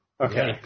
Okay